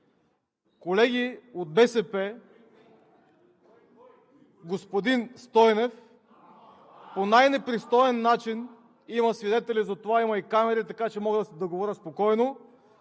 „Кой?“, „Кой?“) Господин Стойнев по най-непристоен начин, има свидетели за това, има и камери, така че мога да говоря спокойно,